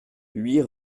huit